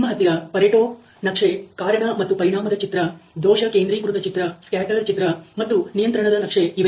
ನಿಮ್ಮ ಹತ್ತಿರ ಪರೆಟೋ ನಕ್ಷೆ ಕಾರಣ ಮತ್ತು ಪರಿಣಾಮದ ಚಿತ್ರ ದೋಷ ಕೇಂದ್ರೀಕೃತ ಚಿತ್ರ ಸ್ಕ್ಯಾಟರ್ ಚಿತ್ರ ಮತ್ತು ನಿಯಂತ್ರಣದ ನಕ್ಷೆ ಇವೆ